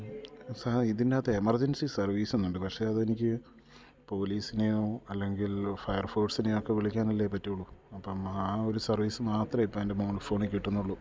sir ഇതിനകത്ത് emergency സർവീസെന്നുണ്ട് പക്ഷേ അതെനിക്ക് പോലീസിനെയോ അല്ലെങ്കിൽ ഫയർ ഫോർസിനെയൊക്കെയെ വിളിക്കാനല്ലേ പറ്റുള്ളൂ അപ്പം ആ ഒരു സർവീസ് മാത്രമേ ഇപ്പോൾ എൻ്റെ മോൾ ഫോണിൽ കിട്ടുന്നുള്ളൂ